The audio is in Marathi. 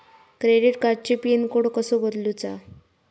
क्रेडिट कार्डची पिन कोड कसो बदलुचा?